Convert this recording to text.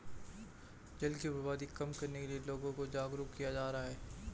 जल की बर्बादी कम करने के लिए लोगों को जागरुक किया जा रहा है